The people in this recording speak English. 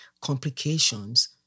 complications